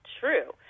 true